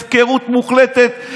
הפקרות מוחלטת.